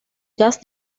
gas